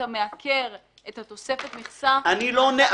ברגע שאתה מעקר את תוספת המכסה --- אני לא.